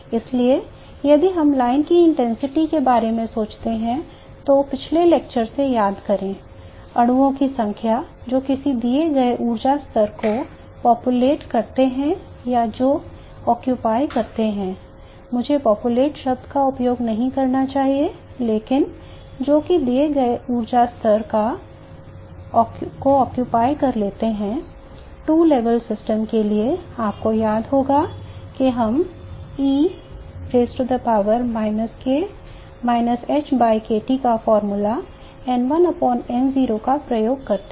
इसलिए यदि हम लाइन की इंटेंसिटी के बारे में सोचते हैं तो पिछले लेक्चर से याद करें अणुओं की संख्या जो किसी दिए गए ऊर्जा स्तर को आबाद के लिए आपको याद होगा कि हम सूत्र N1 N0 का प्रयोग करते हैं